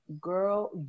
girl